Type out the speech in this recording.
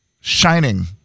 shining